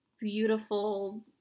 beautiful